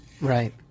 right